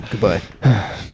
goodbye